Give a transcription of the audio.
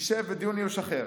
ישב בדיון איוש אחר.